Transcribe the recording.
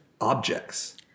objects